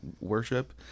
worship